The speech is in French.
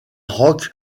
roque